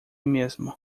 mesmo